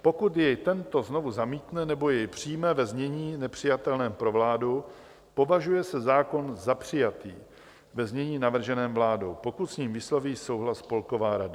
Pokud jej tento znovu zamítne nebo jej přijme ve znění nepřijatelném pro vládu, považuje se zákon za přijatý ve znění navrženém vládou, pokud s ním vysloví souhlas Spolková rada.